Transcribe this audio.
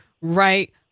right